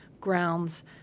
grounds